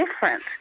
different